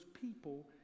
people